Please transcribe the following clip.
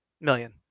million